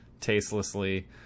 tastelessly